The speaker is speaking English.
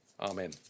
Amen